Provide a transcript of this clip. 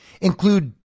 include